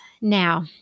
Now